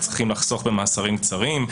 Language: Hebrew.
איך צריכים לחסוך במעצרים קצרים,